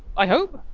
i hope?